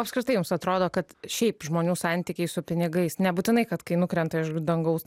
apskritai jums atrodo kad šiaip žmonių santykiai su pinigais nebūtinai kad kai nukrenta iš dangaus ten